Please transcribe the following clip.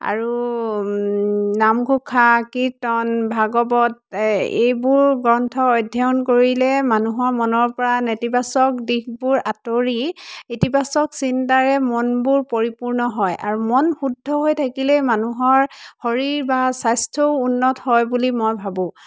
আৰু নামঘোষা কীৰ্তন ভাগৱত এইবোৰ গ্ৰন্থ অধ্যয়ন কৰিলে মানুহৰ মনৰ পৰা নেতিবাচক দিশবোৰ আঁতৰি ইতিবাচক চিন্তাৰে মনবোৰ পৰিপূৰ্ণ হয় আৰু মন শুদ্ধ হৈ থাকিলেই মানুহৰ শৰীৰ বা স্বাস্থ্যও উন্নত হয় বুলি মই ভাবোঁ